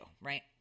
right